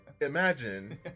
imagine